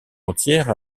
entières